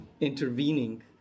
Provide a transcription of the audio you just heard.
intervening